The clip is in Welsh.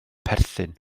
perthyn